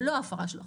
זה לא הפרה של החוק.